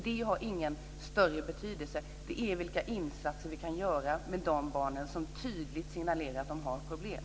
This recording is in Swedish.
Det har ingen större betydelse. Det handlar om de insatser vi kan göra för de barn som tydligt signalerar att de har problem.